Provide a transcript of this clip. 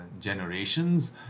generations